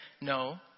no